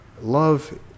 Love